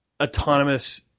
autonomous